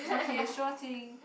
okay sure thing